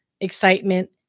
excitement